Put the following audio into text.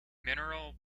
mineral